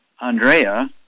Andrea